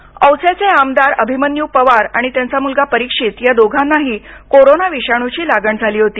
प्लाइमा औस्याचे आमदार अभिमन्यू पवार आणि त्यांचा मूलगा परिक्षीत या दोघांनाही कोरोना विषाणूची लागण झाली होती